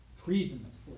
treasonously